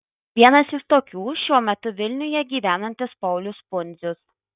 vienas iš tokių šiuo metu vilniuje gyvenantis paulius pundzius